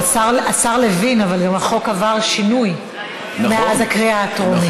השר לוין, אבל החוק עבר שינוי מאז הקריאה הטרומית.